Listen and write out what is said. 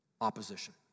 opposition